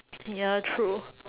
ya true